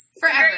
forever